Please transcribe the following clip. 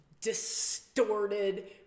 distorted